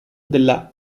della